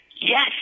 Yes